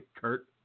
Kurt